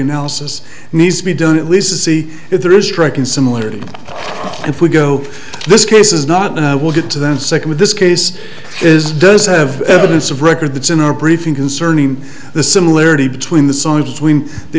analysis needs to be done at least see if there is striking similarity if we go this case is not we'll get to that second with this case is does have evidence of record that's in our briefing concerning the similarity between the